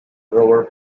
rover